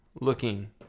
looking